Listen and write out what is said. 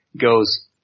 goes